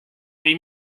või